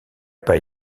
pas